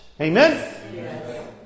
Amen